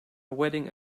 wedding